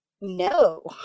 no